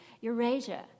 Eurasia